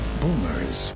boomers